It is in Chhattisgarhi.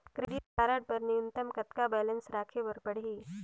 क्रेडिट कारड बर न्यूनतम कतका बैलेंस राखे बर पड़ही?